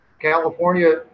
California